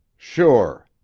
sure!